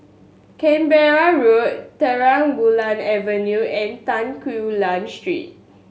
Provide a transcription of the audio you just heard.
Canberra Road Terang Bulan Avenue and Tan Quee Lan Street